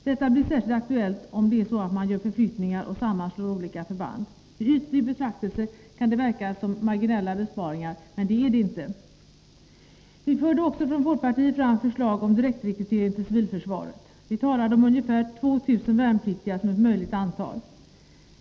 Detta blir särskilt aktuellt om man gör förflyttningar och sammanslår olika förband. Vid en ytlig betraktelse kan detta verka som marginella beparingar, men det är det inte. Vi förde också från folkpartiet fram förslag om direktrekrytering till civilförsvaret. Vi talade om ungefär 2 000 värnpliktiga som ett möjligt antal.